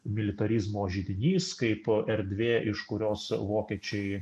militarizmo židinys kaip erdvė iš kurios vokiečiai